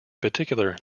particular